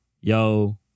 yo